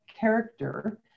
Character